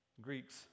Greeks